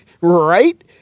right